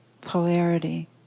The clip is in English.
polarity